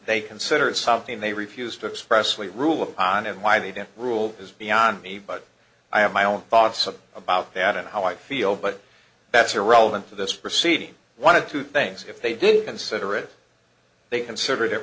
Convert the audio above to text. they consider it something they refused to express we rule of on and why they didn't rule is beyond me but i have my own thoughts about that and how i feel but that's irrelevant to this proceeding one of two things if they did consider it they consider it